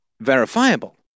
verifiable